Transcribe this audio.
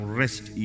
rest